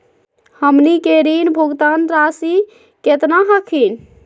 हमनी के ऋण भुगतान रासी केतना हखिन?